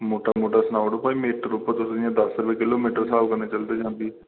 मोटा मोटा सनाओ ओड़ो भाई कि तुस दस रुपये किलेमिटर सहाब चलदे के बीह् रुपये